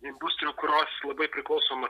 industrijų kurios labai priklauso nuo